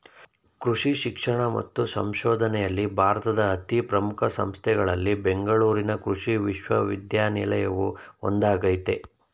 ಕೃಷಿ ಶಿಕ್ಷಣ ಮತ್ತು ಸಂಶೋಧನೆಯಲ್ಲಿ ಭಾರತದ ಅತೀ ಪ್ರಮುಖ ಸಂಸ್ಥೆಗಳಲ್ಲಿ ಬೆಂಗಳೂರಿನ ಕೃಷಿ ವಿಶ್ವವಿದ್ಯಾನಿಲಯವು ಒಂದಾಗಯ್ತೆ